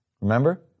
remember